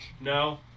No